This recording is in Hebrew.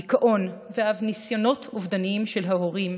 דיכאון ואף ניסיונות אובדניים של ההורים,